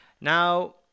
now